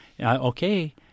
Okay